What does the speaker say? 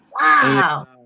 Wow